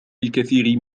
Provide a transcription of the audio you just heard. الكثير